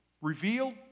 Revealed